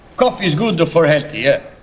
coffee is good and for health, yeah?